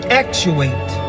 actuate